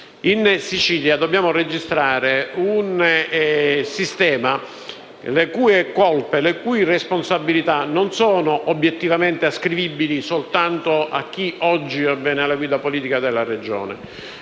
In Sicilia dobbiamo registrare un sistema le cui colpe e responsabilità non sono obiettivamente ascrivibili soltanto a chi oggi ha la guida politica della Regione;